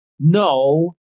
No